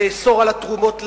לאסור את התרומות שלהם?